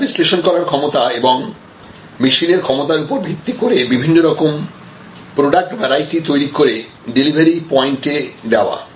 data বিশ্লেষণ করার ক্ষমতা এবং মেশিনের ক্ষমতার উপর ভিত্তি করে বিভিন্ন রকম প্রোডাক্ট ভারাইটি তৈরি করে ডেলিভারি পয়েন্টে দেওয়া